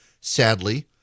Sadly